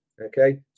Okay